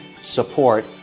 support